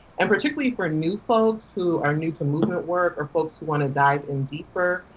and particularly for new folks, who are new to movement work, or folks who want to dive in deeper,